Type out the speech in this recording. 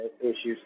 issues